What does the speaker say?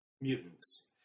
mutants